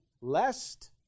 lest